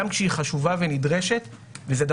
גם כשהיא חשובה ונדרשת,